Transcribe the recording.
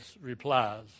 replies